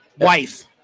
wife